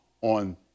on